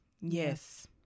Yes